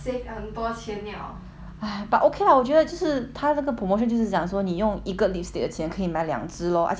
!haiya! but okay lah 我觉得就是他那个 promotion 就是讲说你用一个 lipstick 的钱可以买两只 lor 而且是 full size 的你知道吗